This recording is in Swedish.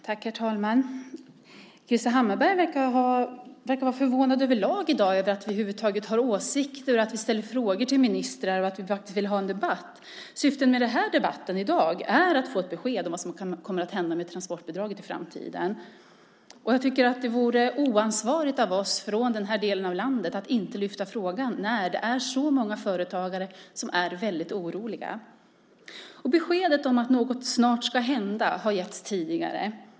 Herr talman! Krister Hammarbergh verkar vara förvånad över lag i dag. Han är förvånad över att vi alls har åsikter, att vi ställer frågor till ministrar och att vi faktiskt vill ha en debatt. Syftet med debatten i dag är att få ett besked om vad som kommer att hända med transportbidraget i framtiden. Det vore oansvarigt av oss från den norra delen av landet att inte lyfta upp frågan när så många företagare är oroliga. Beskedet om att något snart ska hända har getts tidigare.